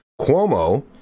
Cuomo